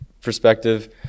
perspective